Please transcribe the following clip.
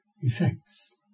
effects